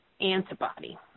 antibody